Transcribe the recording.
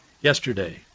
yesterday